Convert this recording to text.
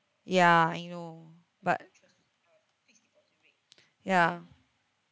ya I know but ya